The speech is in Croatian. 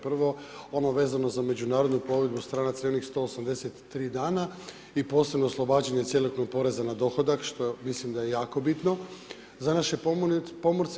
Prvo, ono vezano za međunarodnu plovidbu stranaca i onih 183 dana i posebno oslobađanje cjelokupnog poreza na dohodak što mislim da je jako bitno za naše pomorce.